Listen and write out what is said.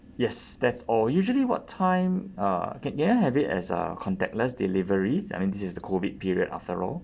yes that's all usually what time uh can can I have it as uh contactless delivery I mean this is the COVID period after all